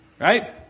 Right